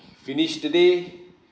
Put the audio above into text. finish today